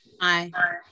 Aye